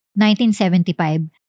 1975